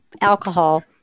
alcohol